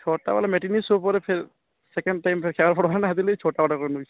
ଛଅଟା ବେଲେ matinee show ପରେ ଫେର୍ ସେକେଣ୍ଡ ଟାଇମ୍ରେ ହେତି ଲାଗି ଛଟା ଅର୍ଡ଼ର୍ କରିନଉଛି